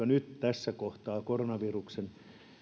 nyt tässä kohtaa koronaviruksen